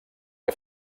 que